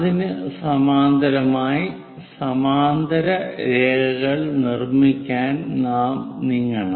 അതിനു സമാന്തരമായി സമാന്തര രേഖകൾ നിർമ്മിക്കാൻ നാം നീങ്ങണം